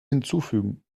hinzufügen